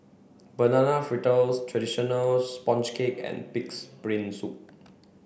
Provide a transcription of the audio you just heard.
Banana Fritters Traditional Sponge Cake and Pig's Brain Soup